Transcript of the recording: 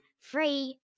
free